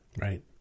Right